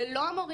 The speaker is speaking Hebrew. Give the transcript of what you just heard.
אלה לא המורים,